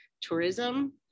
tourism